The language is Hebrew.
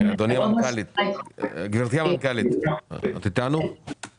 גברתי המנכ"לית, יש